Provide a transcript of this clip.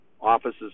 offices